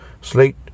Slate